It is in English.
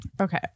okay